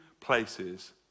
places